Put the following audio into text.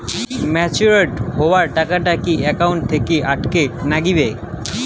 Matured হওয়া টাকাটা কি একাউন্ট থাকি অটের নাগিবে?